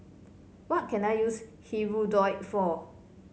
what can I use Hirudoid for